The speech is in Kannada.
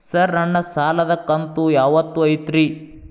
ಸರ್ ನನ್ನ ಸಾಲದ ಕಂತು ಯಾವತ್ತೂ ಐತ್ರಿ?